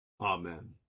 Amen